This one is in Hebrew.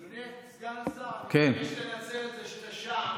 אדוני סגן השר, אני רוצה לנצל את זה שאתה שם.